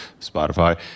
Spotify